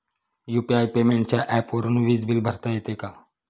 UPI पेमेंटच्या ऍपवरुन वीज बिल भरता येते का?